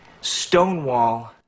Stonewall